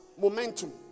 momentum